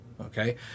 Okay